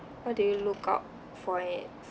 what do you look out for its